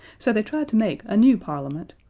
so they tried to make a new parliament,